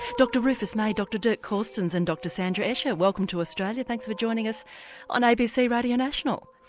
dr rufus may, dr dirk corstens and dr sandra escher, welcome to australia, thanks for joining us on abc radio national.